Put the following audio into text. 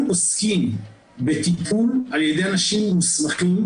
אנחנו עוסקים בטיפול על ידי אנשים מוסמכים,